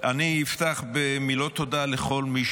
אפתח במילות תודה לכל מי